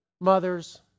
mothers